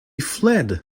fled